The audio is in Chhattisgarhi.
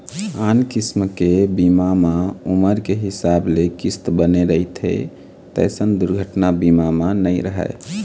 आन किसम के बीमा म उमर के हिसाब ले किस्त बने रहिथे तइसन दुरघना बीमा म नइ रहय